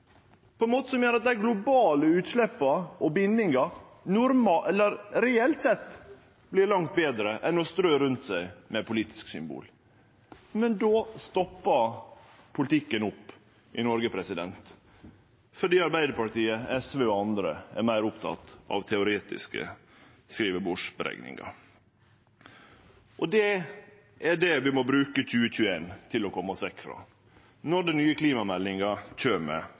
på ein måte som gjer at dei globale utsleppa og bindinga reelt sett vert langt betre enn om ein strør rundt seg med politiske symbol. Men då stoppar politikken opp i Noreg, fordi Arbeidarpartiet, SV og andre er meir opptekne av teoretiske skrivebordsberekningar. Det er det vi må bruke 2021 til å kome oss vekk frå, når den nye klimameldinga kjem